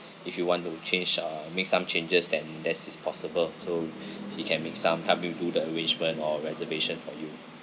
if you want to change uh make some changes then that's is possible so he can make some help you to do the arrangement or reservation for you